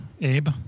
Abe